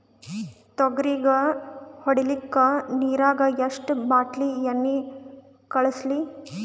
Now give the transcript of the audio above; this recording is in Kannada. ತೊಗರಿಗ ಹೊಡಿಲಿಕ್ಕಿ ನಿರಾಗ ಎಷ್ಟ ಬಾಟಲಿ ಎಣ್ಣಿ ಕಳಸಲಿ?